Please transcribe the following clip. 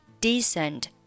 decent